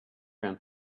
him